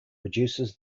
reduces